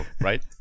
right